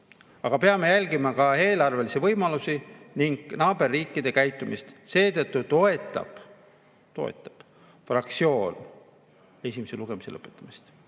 aga peame jälgima ka eelarvelisi võimalusi ning naaberriikide käitumist. Seetõttu toetab fraktsioon esimese lugemise lõpetamist."